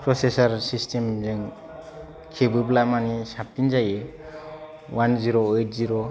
processor सिस्टेमजों खेबोब्ला माने साबसिन जायो अवान जिर' एइट जिर'